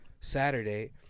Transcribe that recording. Saturday